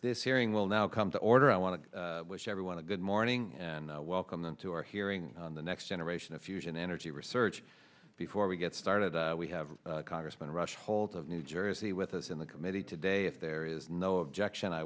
this hearing will now come to order i want to wish everyone a good morning and welcome them to our hearing on the next generation of fusion energy research before we get started we have congressman rush holt of new jersey with us in the committee today if there is no objection i